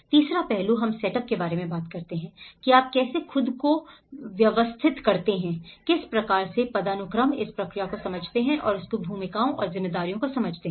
तीसरा पहलू हम सेट अप के बारे में बात करते हैं कि आप कैसे खुद को व्यवस्थित करते हैं किस प्रकार से पदानुक्रम इस प्रक्रिया को समझते हैं और इसकी भूमिकाओं और जिम्मेदारियों को समझते हैं